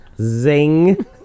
zing